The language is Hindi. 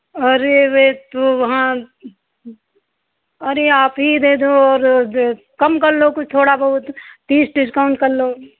अरे वे तो हाँ अरे आप ही दे दो और कम कर लो कुछ थोड़ा बहुत तीस डिस्काउंट कर लो